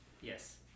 yes